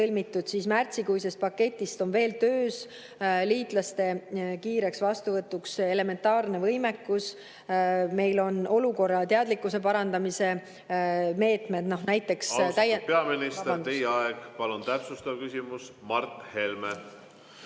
siis märtsikuisest paketist on veel töös liitlaste kiireks vastuvõtuks elementaarne võimekus, meil on olukorrateadlikkuse parandamise meetmed, näiteks ... Vabandust! Austatud peaminister, teie aeg! Palun, täpsustav küsimus, Mart Helme!